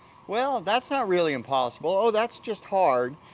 well, that's not really impossible. oh, that's just hard,